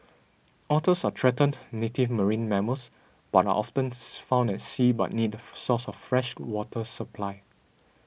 otters are threatened native marine mammals and are often found at sea but need a source of fresh water supply